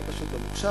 אני פשוט לא מוכשר.